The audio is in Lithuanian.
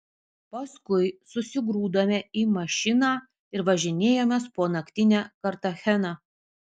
paskui susigrūdome į mašiną ir važinėjomės po naktinę kartacheną